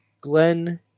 Glenn